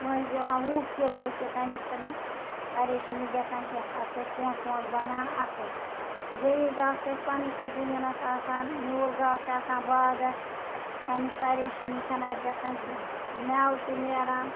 کٲنٛسہِ دِوان وُہ کِلوٗ تہِ تَمِچ چھِنہٕ پریشٲنی گژھان کینٛہہ تَتھ چھِ اَسہِ پونٛسہٕ وونٛسہٕ بَنان اَصٕل جے وی گاسہٕ چھِ اَسہِ پنٛنِسٕے زٔمیٖنَس آسان نیوٗل گاسہٕ چھِ آسان باغس تَمِچ پریشٲنی چھَنہٕ اَسہِ گژھان کینٛہہ میٚوٕ تہِ نیران